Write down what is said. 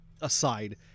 aside